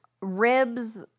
ribs